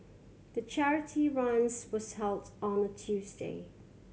the charity runs was held on a Tuesday